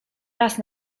raz